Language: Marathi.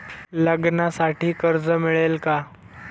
लग्नासाठी कर्ज मिळेल का?